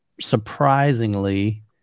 surprisingly